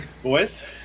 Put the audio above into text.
Boys